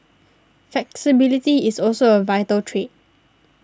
flexibility is also a vital trait